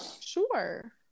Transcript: Sure